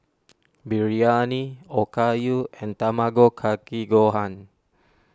Biryani Okayu and Tamago Kake Gohan